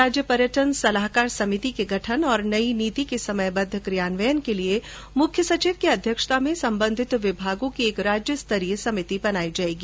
राज्य पर्यटन सलाहकार समिति के गठन और नई नीति के समयबद्ध क्रियान्वयन के लिए मुख्य सचिव की अध्यक्षता में सम्बन्धित विभागों की एक राज्य स्तरीय समिति बनाई जाएगी